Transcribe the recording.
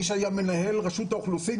מי שהיה מנהל רשות האוכלוסין,